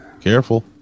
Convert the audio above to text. Careful